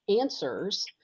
answers